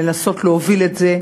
לנסות להוביל את זה,